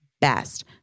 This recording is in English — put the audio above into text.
best